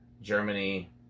Germany